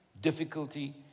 difficulty